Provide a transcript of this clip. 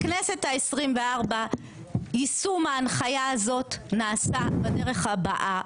בכנסת ה-24 יישום ההנחיה הזאת נעשה בדרך הבאה.